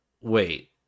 wait